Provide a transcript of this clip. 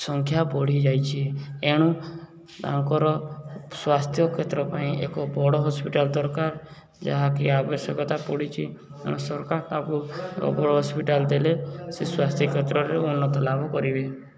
ସଂଖ୍ୟା ବଢ଼ିଯାଇଛି ଏଣୁ ତାଙ୍କର ସ୍ୱାସ୍ଥ୍ୟ କ୍ଷେତ୍ର ପାଇଁ ଏକ ବଡ଼ ହସ୍ପିଟାଲ୍ ଦରକାର ଯାହାକି ଆବଶ୍ୟକତା ପଡ଼ିଛି ସରକାର ତାକୁ ହସ୍ପିଟାଲ୍ ଦେଲେ ସେ ସ୍ୱାସ୍ଥ୍ୟ କ୍ଷେତ୍ରରେ ଉନ୍ନତ ଲାଭ କରିବେ